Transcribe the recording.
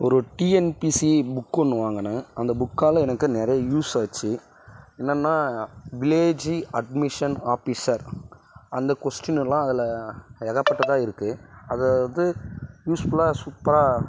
ஒரு TNPSC book ஒன்று வாங்குனா அந்த புக்கால் எனக்கு நிறைய யூஸ் ஆச்சி என்னன்னா வில்லேஜ்ஜி அட்மிஷன் ஆஃபிசர் அந்த கொஸ்டின்னுலாம் அதில் ஏகப்பட்டதாக இருக்கு அதை வந்து யூஸ் ஃபுல்லாக சூப்பராக